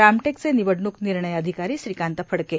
रामटेकचे निवडणुक निर्णय अधिकारी श्रीकांत फडके